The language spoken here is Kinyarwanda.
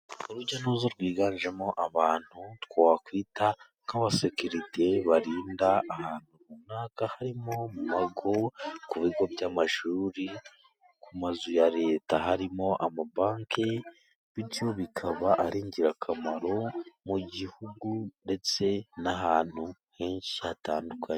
Urujya n'uruza rwiganjemo abantu twakwita nk'abasekerite barinda ahantu runaka, harimo nko ku bigo by'amashuri , ku mazu ya Leta, harimo amabanki, bityo bikaba ari ingirakamaro mu gihugu ,ndetse n'ahantu henshi hatandukanye.